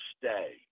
stay